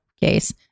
case